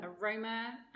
aroma